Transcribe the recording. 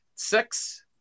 six